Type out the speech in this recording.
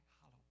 hollow